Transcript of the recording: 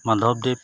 মাধৱদেৱ